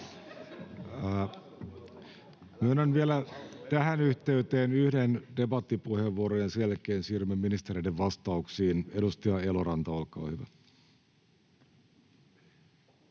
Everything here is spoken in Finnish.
Myönnän tähän yhteyteen vielä yhden debattipuheenvuoron, ja sen jälkeen siirrymme ministereiden vastauksiin. — Edustaja Eloranta, olkaa hyvä.